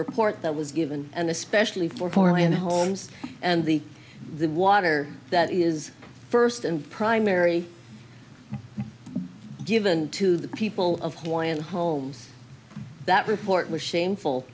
report that was given and especially for poor and homes and the the water that is first and primary given to the people of hawaiian homes that report was shameful